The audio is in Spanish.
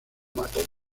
mató